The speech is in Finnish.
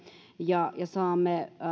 ja saamme